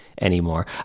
anymore